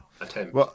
attempt